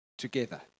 Together